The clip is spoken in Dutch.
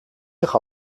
zich